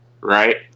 right